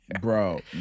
bro